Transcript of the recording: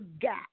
gap